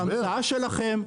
זאת המצאה שלכם,